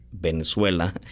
Venezuela